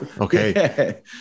Okay